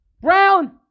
brown